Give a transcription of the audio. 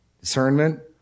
discernment